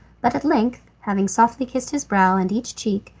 but at length, having softly kissed his brow and each cheek,